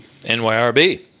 NYRB